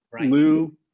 Lou